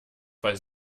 fall